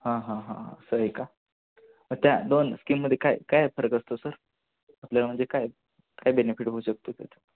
हां हां हां असं आहे का मग त्या दोन स्कीममध्ये काय काय फरक असतो सर आपल्याला म्हणजे काय काय बेनिफिट होऊ शकतो त्याचं